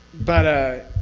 but ah